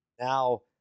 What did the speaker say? now